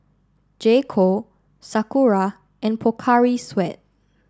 J Co Sakura and Pocari Sweat